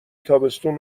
تابستون